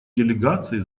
делегации